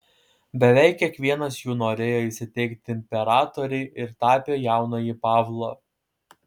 beveik kiekvienas jų norėjo įsiteikti imperatorei ir tapė jaunąjį pavlą